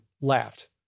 laughed